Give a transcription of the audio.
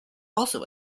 also